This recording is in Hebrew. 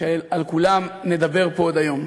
שעל כולם נדבר פה עוד היום.